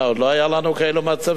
מה, עוד לא היו לנו כאלה מצבים.